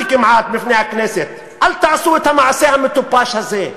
כמעט בפני הכנסת: אל תעשו את המעשה המטופש הזה,